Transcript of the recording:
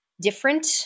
different